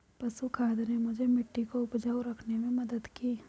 पशु खाद ने मुझे मिट्टी को उपजाऊ रखने में मदद की